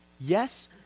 Yes